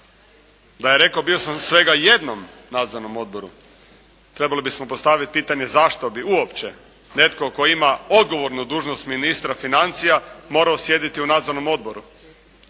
Da je rekao bio sam u svega jednom nadzornom odboru trebali bismo postaviti pitanje zašto bi uopće netko tko ima odgovornu dužnost ministra financija morao sjediti u nadzornom odboru.